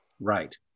Right